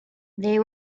they